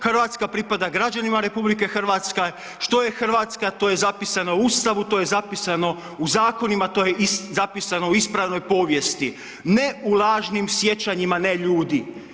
Hrvatska pripada građanima RH, što je Hrvatska, to je zapisano u Ustavu, to je zapisano u zakonima, to je zapisano u ispravnoj povijesti, ne u lažnim sjećanjima neljudi.